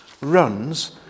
runs